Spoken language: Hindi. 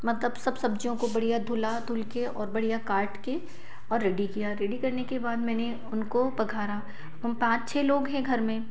मतलब सब सब्ज़ियों को बढ़िया धुला धुलके और बढ़िया काटके और रेडी किया रेडी करने के बाद मैंने उनको बघारा हम पाँच छ लोग हैं घर में